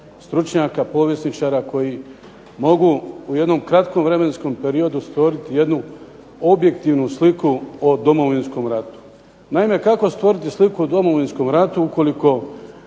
stručnjaka, povjesničara koji mogu u jednom kratkom vremenskom periodu stvoriti jednu objektivnu sliku o Domovinskom ratu. Naime, kako stvoriti sliku o Domovinskom ratu ukoliko